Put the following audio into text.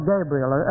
Gabriel